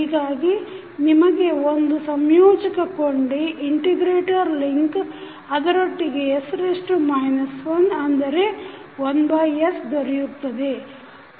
ಹೀಗಾಗಿ ನಿಮಗೆ ಒಂದು ಸಂಯೋಜಕ ಕೊಂಡಿ ಅದರೊಟ್ಟಿಗೆ s 1ಅಂದರೆ 1s ದೊರೆಯುತ್ತದೆ